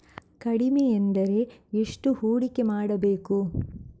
ಕಡಿಮೆ ಎಂದರೆ ಎಷ್ಟು ಹೂಡಿಕೆ ಮಾಡಬೇಕು?